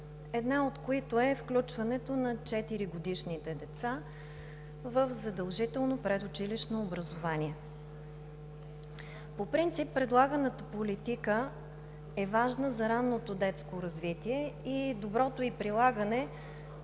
една от които е включването на 4-годишните деца в задължително предучилищно образование. По принцип предлаганата политика е важна за ранното детско развитие и доброто ѝ прилагане